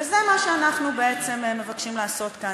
וזה מה שאנחנו בעצם מבקשים לעשות כאן,